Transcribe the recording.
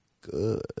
Good